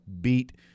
beat